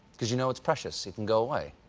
because you know it's precious, it can go away.